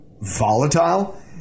volatile